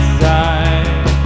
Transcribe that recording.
side